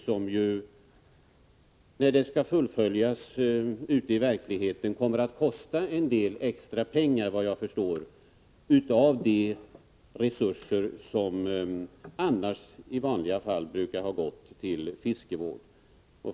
När detta beslut skall fullföljas kommer det, såvitt jag förstår, att kosta en del extra pengar, av de resurser som tidigare har gått till fiskevård.